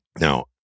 Now